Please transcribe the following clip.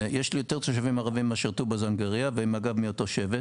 יש לי יותר תושבים ערביים מאשר טובא זנגריה והם אגב מאותו שבט.